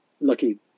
lucky